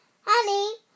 Honey